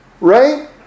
right